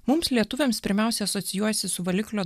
mums lietuviams pirmiausia asocijuojasi su valiklio